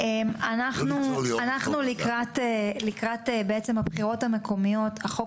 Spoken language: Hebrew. אנחנו לקראת הבחירות המקומיות והחוק